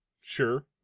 Sure